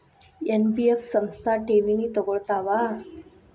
NBF ಸಂಸ್ಥಾ ಠೇವಣಿ ತಗೋಳ್ತಾವಾ?